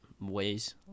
ways